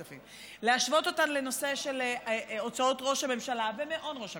להשוות אותן לנושא של הוצאות ראש הממשלה ומעון ראש הממשלה,